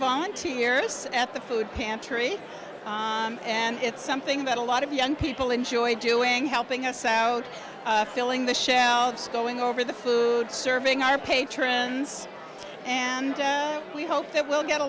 volunteers at the food pantry and it's something that a lot of young people enjoy doing helping us out filling the shelves going over the food serving our patrons and we hope that we'll get a